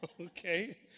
Okay